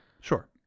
Sure